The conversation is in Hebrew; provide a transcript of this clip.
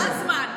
עבר הזמן.